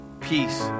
peace